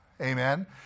amen